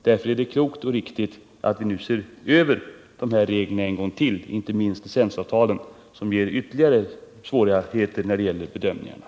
Därför är det klokt och riktigt att vi nu ser över reglerna en gång till, inte minst licensavtalen, som ger ytterligare svårigheter när det gäller bedömningarna.